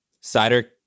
cider